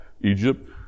Egypt